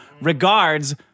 Regards